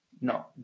No